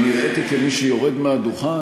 חברת הכנסת לנדבר, אני נראיתי כמי שיורד מהדוכן?